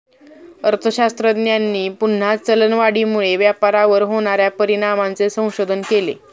अर्थशास्त्रज्ञांनी पुन्हा चलनवाढीमुळे व्यापारावर होणार्या परिणामांचे संशोधन केले